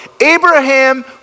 Abraham